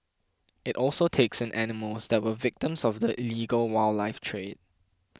it also takes in animals that were victims of the illegal wildlife trade